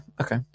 okay